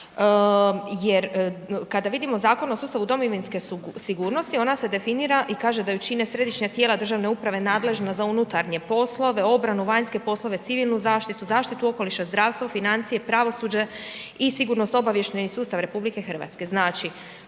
jer kada vidimo Zakon o sustavu domovinske sigurnosti ona se definira i kaže da ju čine središnja tijela državne uprave nadležna za unutarnje poslove, obranu, vanjske poslove, civilnu zaštitu, zaštitu okoliša, zdravstvo, financije, pravosuđe i sigurnosnoobavještajni sustav RH.